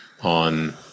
on